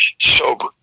sober